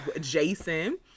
Jason